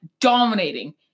dominating